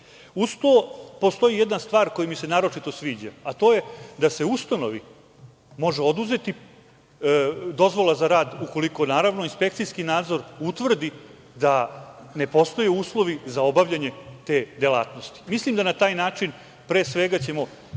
akreditaciju. Postoji jedna stvar koja mi se naročito sviđa, a to je da se ustanovi može oduzeti dozvola za rad ukoliko inspekcijski nadzor utvrdi da ne postoje uslovi za obavljanje te delatnosti. Mislim da ćemo na taj način popraviti